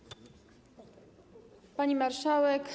Pani Marszałek!